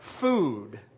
food